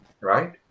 right